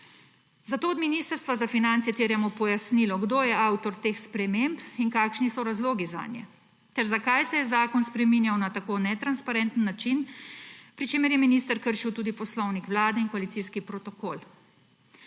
Zato od Ministrstva za finance terjamo pojasnilo, kdo je avtor teh sprememb in kakšni so razlogi zanje ter zakaj se je zakon spreminjal na tako netransparenten način, pri čemer je minister kršil tudi poslovnik Vlade in koalicijski protokol.